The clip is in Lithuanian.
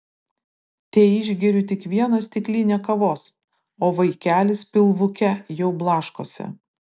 teišgeriu tik vieną stiklinę kavos o vaikelis pilvuke jau blaškosi